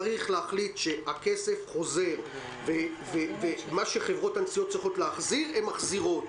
צריך להחליט שהכסף חוזר ומה שחברות הנסיעות צריכות להחזיר הן מחזירות